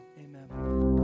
Amen